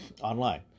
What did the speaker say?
online